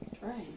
Right